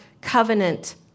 covenant